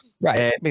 Right